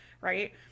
Right